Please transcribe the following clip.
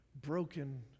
broken